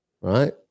right